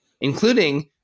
including